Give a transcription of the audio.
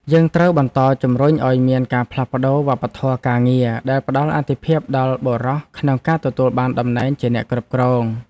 យើងត្រូវបន្តជំរុញឱ្យមានការផ្លាស់ប្តូរវប្បធម៌ការងារដែលផ្តល់អាទិភាពដល់បុរសក្នុងការទទួលបានតំណែងជាអ្នកគ្រប់គ្រង។